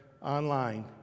online